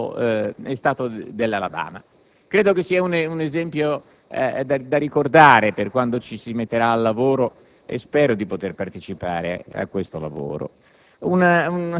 e Stato dell'Alabama. Credo sia un esempio da ricordare quando ci metteremo al lavoro, e spero di poter partecipare a questo lavoro.